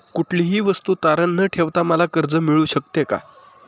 कुठलीही वस्तू तारण न ठेवता मला कर्ज मिळू शकते का?